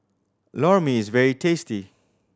Lor Mee is very tasty